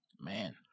Man